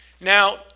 Now